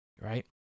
right